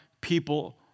people